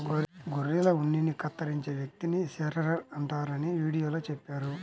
గొర్రెల ఉన్నిని కత్తిరించే వ్యక్తిని షీరర్ అంటారని వీడియోలో చెప్పారు